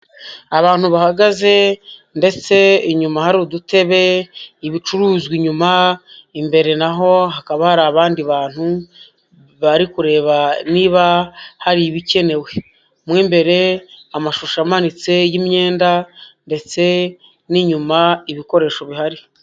Abantu bahagaze ndetse inyuma hari udutebe, ibicuruzwa inyuma, imbere na ho hakaba hari abandi bantu bari kureba niba hari ibikenewe, mo imbere amashusho amanitse y'imyenda ndetse n'inyuma ibikoresho bihari.